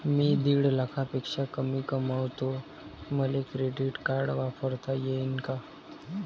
मी दीड लाखापेक्षा कमी कमवतो, मले क्रेडिट कार्ड वापरता येईन का?